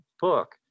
book